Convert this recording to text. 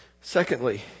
Secondly